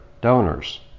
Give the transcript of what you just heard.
donors